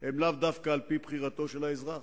הם לאו דווקא על-פי בחירתו של האזרח.